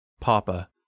papa